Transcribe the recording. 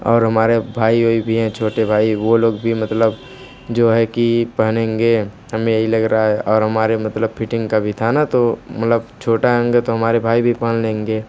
और हमारे भाई ओई भी हैं छोटे भाई वो लोग भी मतलब जो है कि पहनेंगे हमें यही लग रहा है और हमारे मतलब फिटिंग का भी था ना तो मतलब छोटा होगा तो हमारे भाई भी पहन लेंगे